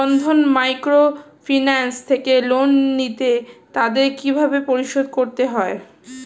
বন্ধন microfinance থেকে loan নিলে তাদের কিভাবে পরিশোধ করতে হয়?